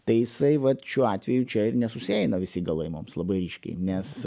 ta isai vat šiuo atveju čia ir nesusieina visi galai mums labai ryškiai nes